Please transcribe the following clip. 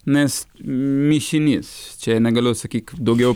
nes mišinys čia negaliu atsakyk daugiau